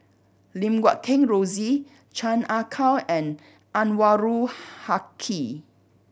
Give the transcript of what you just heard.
Lim Guat Kheng Rosie Chan Ah Kow and Anwarul Haque